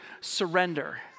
surrender